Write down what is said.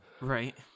Right